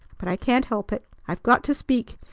but i can't help it. i've got to speak.